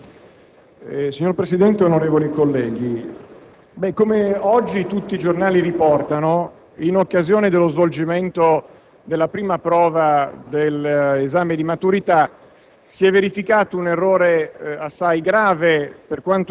Signor Presidente, onorevoli colleghi, come tutti i giornali di oggi riportano, in occasione dello svolgimento della prima prova dell'esame di maturità,